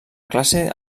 classe